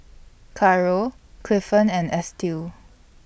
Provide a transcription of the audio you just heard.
Caro Clifton and Estill